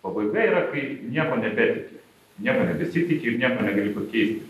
pabaiga yra kai nieko nebeveiki nieko nebesitiki ir nieko negali pakeisti